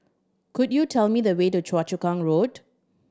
could you tell me the way to Choa Chu Kang Road